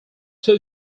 two